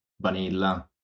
vanilla